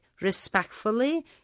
respectfully